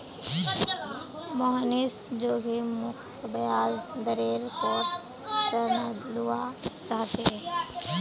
मोहनीश जोखिम मुक्त ब्याज दरेर पोर ऋण लुआ चाह्चे